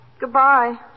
goodbye